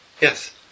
Yes